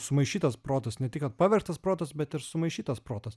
sumaišytas protas ne tik kad pavergtas protas bet ir sumaišytas protas